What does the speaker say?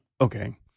Okay